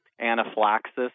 anaphylaxis